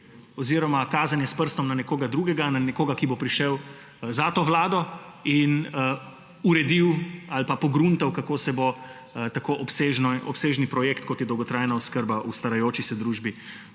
oziroma kazanje s prstom na nekoga drugega, na nekoga, ki bo prišel za to vlado in uredil ali pa pogruntal, kako se bo tako obsežen projekt, kot je dolgotrajna oskrba, v starajoči se družbi